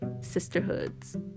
sisterhoods